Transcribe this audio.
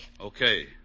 Okay